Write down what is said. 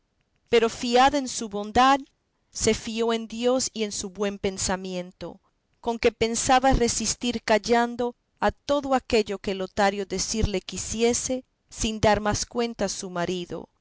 pero fiada en su bondad se fió en dios y en su buen pensamiento con que pensaba resistir callando a todo aquello que lotario decirle quisiese sin dar más cuenta a su marido